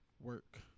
work